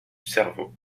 cerveau